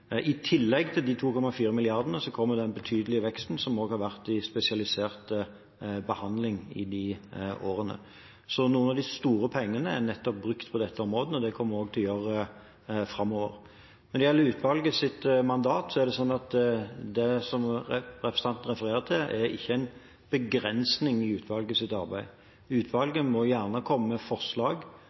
I tillegg til 2,4 mrd. kr kommer den betydelige veksten som også har vært innenfor spesialisert behandling i de årene. Så noen av de store pengene har vi brukt på nettopp dette området, og det kommer vi til å gjøre også framover. Når det gjelder utvalgets mandat, er det, som representanten refererer til, ikke en begrensning av utvalgets arbeid. Utvalget må gjerne komme med forslag